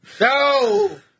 No